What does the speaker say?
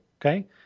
Okay